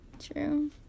True